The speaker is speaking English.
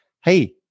hey